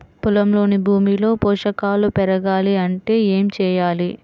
పొలంలోని భూమిలో పోషకాలు పెరగాలి అంటే ఏం చేయాలి?